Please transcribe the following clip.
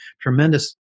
tremendous